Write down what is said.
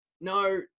no